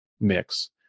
mix